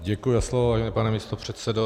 Děkuji za slovo, pane místopředsedo.